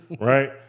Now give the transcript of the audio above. right